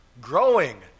growing